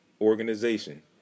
organization